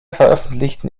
veröffentlichten